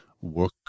work